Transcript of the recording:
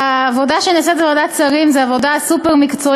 העבודה שנעשית בוועדת שרים זו עבודה סופר-מקצועית.